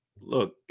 look